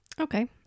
Okay